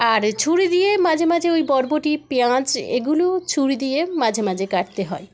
আর ছুরি দিয়ে মাঝেমাঝে ওই বরবটি পেঁয়াজ এগুলোও ছুরি দিয়ে মাঝে মাঝে কাটতে হয়